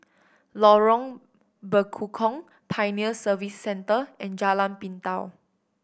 Lorong Bekukong Pioneer Service Centre and Jalan Pintau